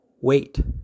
wait